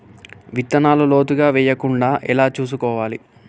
విత్తనాలు లోతుగా వెయ్యకుండా ఎలా చూసుకోవాలి?